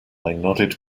nodded